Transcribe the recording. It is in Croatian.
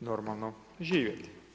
normalno živjeti.